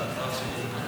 המכשירים,